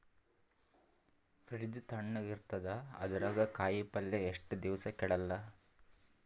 Fridge ತಣಗ ಇರತದ, ಅದರಾಗ ಕಾಯಿಪಲ್ಯ ಎಷ್ಟ ದಿವ್ಸ ಕೆಡಲ್ಲ?